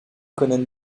conan